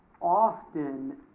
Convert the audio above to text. often